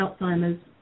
Alzheimer's